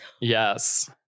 Yes